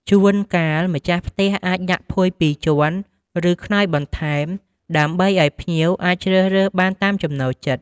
ជួនកាលម្ចាស់ផ្ទះអាចដាក់ភួយពីរជាន់ ឬខ្នើយបន្ថែម ដើម្បីឱ្យភ្ញៀវអាចជ្រើសរើសបានតាមចំណូលចិត្ត។